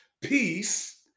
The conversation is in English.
peace